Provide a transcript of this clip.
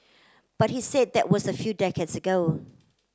but he said that was a few decades ago